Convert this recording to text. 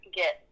get